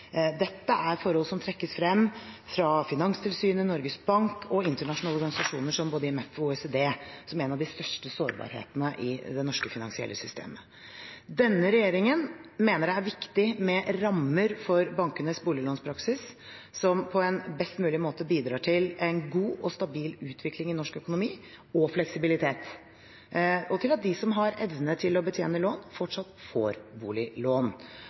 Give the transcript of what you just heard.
Dette er forhold som trekkes frem av både Finanstilsynet og Norges Bank og av internasjonale organisasjoner som IMF og OECD, som en av de største sårbarhetene i det norske finansielle systemet. Denne regjeringen mener det er viktig med rammer for bankenes boliglånspraksis som på en best mulig måte bidrar til en god og stabil utvikling i norsk økonomi og fleksibilitet – og til at de som har evne til å betjene lån, fortsatt får boliglån.